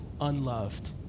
unloved